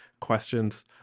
questions